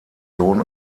sohn